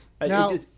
Now